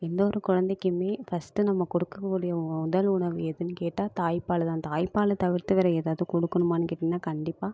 எந்த ஒரு குழந்தைக்குமே ஃபஸ்ட்டு நம்ம கொடுக்கக்கூடிய முதல் உணவு எதுன்னு கேட்டால் தாய்ப்பால் தான் தாய்ப்பாலை தவிர்த்து வேற ஏதாவது கொடுக்கணுமான்னு கேட்டிங்கனா கண்டிப்பாக